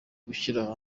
gushyira